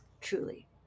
truly